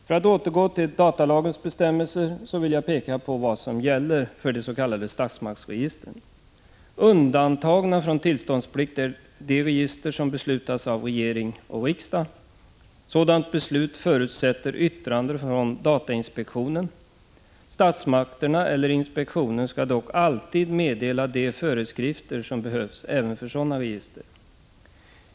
För att återgå till datalagens bestämmelser vill jag här peka på vad som gäller för de s.k. statsmaktsregistren. Undantagna från tillståndsplikt är de register som beslutas av regering och riksdag. Sådant beslut förutsätter yttrande från datainspektionen. Statsmakterna eller inspektionen skall dock alltid meddela de föreskrifter som behövs även för sådana register.